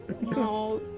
No